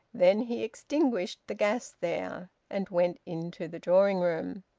then he extinguished the gas there, and went into the drawing-room.